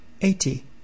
eighty